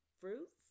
fruits